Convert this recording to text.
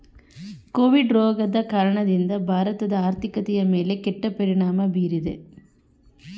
Covid ರೋಗದ ಕಾರಣದಿಂದ ಭಾರತದ ಆರ್ಥಿಕತೆಯ ಮೇಲೆ ಕೆಟ್ಟ ಪರಿಣಾಮ ಬೀರಿದೆ